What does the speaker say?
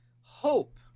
hope